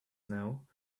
now